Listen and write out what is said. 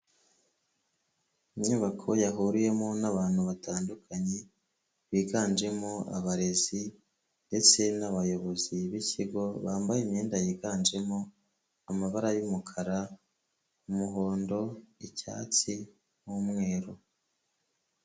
Inyubako yahuriwemo n'abantu batandukanye, biganjemo abarezi ndetse nabayobozi b'ikigo, bambaye imyenda yiganjemo amabara y'umukara, umuhondo, icyatsi n'umweru.